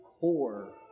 core